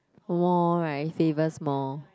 more right save us more